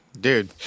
dude